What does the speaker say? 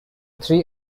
three